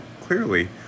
clearly